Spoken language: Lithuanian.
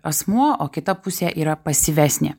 asmuo o kita pusė yra pasyvesnė